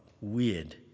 weird